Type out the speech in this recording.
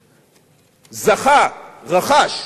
מאוד זכה, רכש,